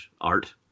art